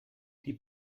die